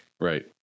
right